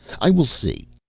i will see.